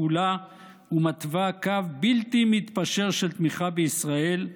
כולה ומתווה קו בלתי מתפשר של תמיכה בישראל",